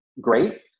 great